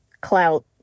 clout